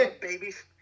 Babies